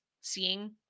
seeing